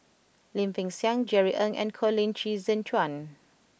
Lim Peng Siang Jerry Ng and Colin Qi Zhe Quan